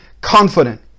confident